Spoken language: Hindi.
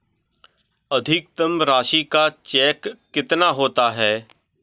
अधिकतम राशि का चेक कितना होता है?